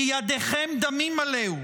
ידיכם דמים מלאו".